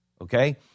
okay